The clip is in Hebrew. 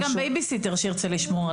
אין גם בייביסיטר שירצה לשמור עליהם.